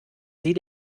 sie